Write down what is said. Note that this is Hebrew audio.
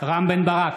רם בן ברק,